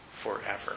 Forever